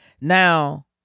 Now